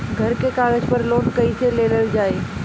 घर के कागज पर लोन कईसे लेल जाई?